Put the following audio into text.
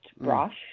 brush